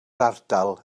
ardal